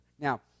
Now